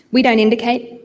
we don't indicate,